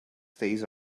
stays